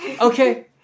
Okay